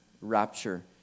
rapture